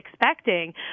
expecting